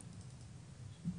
פה,